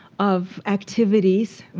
of activities,